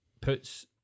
puts